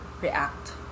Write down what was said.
react